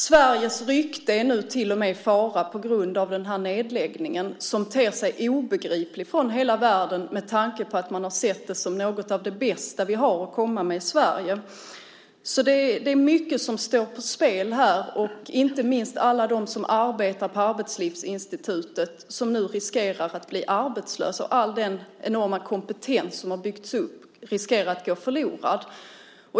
Sveriges rykte är till och med i fara på grund av den här nedläggningen, som ter sig obegriplig för hela världen med tanke på att man har sett detta som något av det bästa som vi har att komma med i Sverige. Det är alltså mycket som står på spel. Inte minst handlar det om alla dem som arbetar på Arbetslivsinstitutet, som nu riskerar att bli arbetslösa. Och all den enorma kompetens som har byggts upp riskerar att gå förlorad.